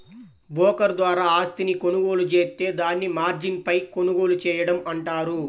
broker ద్వారా ఆస్తిని కొనుగోలు జేత్తే దాన్ని మార్జిన్పై కొనుగోలు చేయడం అంటారు